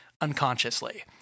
unconsciously